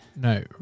no